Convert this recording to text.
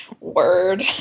word